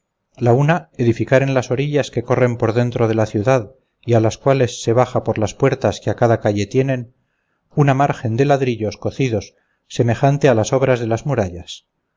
la una edificar en las orillas que corren por dentro de la ciudad y a las cuales se baja por las puertas que a cada calle tienen un margen de ladrillos cocidos semejante a las obras de las murallas